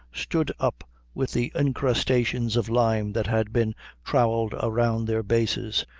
stood up with the incrustations of lime that had been trowelled round their bases,